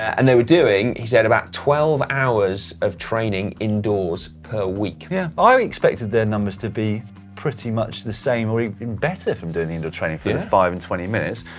and they were doing, he said, about twelve hours of training indoors per week yeah ah expected their numbers to be pretty much the same or even better from doing the indoor training for the the five and twenty minutes.